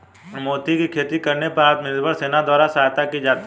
मोती की खेती करने पर आत्मनिर्भर सेना द्वारा सहायता की जाती है